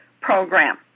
program